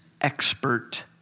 expert